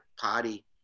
party